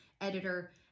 editor